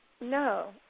No